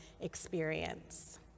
experience